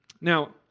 Now